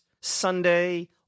Sunday